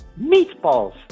meatballs